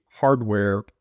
hardware